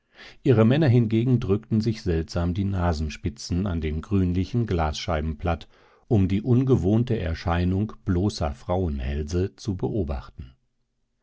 ihre männer hingegen drückten sich seltsam die nasenspitzen an den grünlichen glasscheiben platt um die ungewohnte erscheinung bloßer frauenhälse zu beobachten